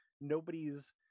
nobody's